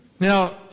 Now